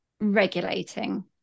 regulating